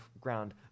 ground